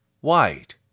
white